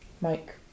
Mike